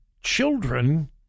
Children